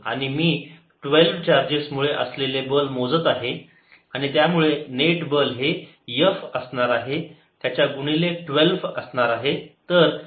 आणि मी 12 चार्जेस मुळे असलेले बल मोजत आहे आणि त्यामुळे नेट बल हे F असणार आहे त्याच्या गुणिले 12 असणार आहे